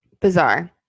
Bizarre